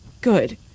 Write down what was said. good